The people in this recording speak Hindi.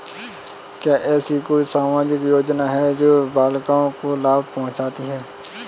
क्या ऐसी कोई सामाजिक योजनाएँ हैं जो बालिकाओं को लाभ पहुँचाती हैं?